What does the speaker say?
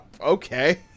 Okay